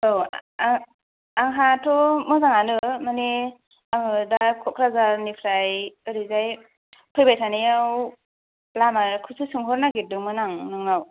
आव आं आंहाथ' मोजांआनो माने आङो दा क'क्राझारनिफ्राय आरैजाय फैबाय थानायाव लामाखौसो सोंहरनागिरदोंमोन आं नोंनाव